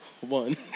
One